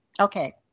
okay